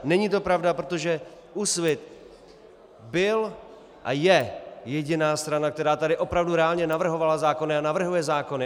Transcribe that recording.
Není to pravda, protože Úsvit byl a je jediná strana, která tady opravdu reálně navrhovala zákony a navrhuje zákony.